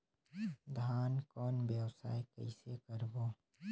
धान कौन व्यवसाय कइसे करबो?